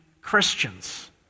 Christians